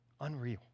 Unreal